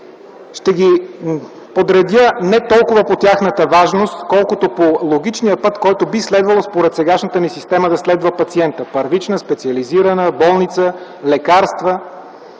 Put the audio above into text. Ще ги подредя не толкова по тяхната важност, колкото по логичния път, който би следвало, според сегашната ни система, да следва пациента: първична, специализирана, болница, лекарства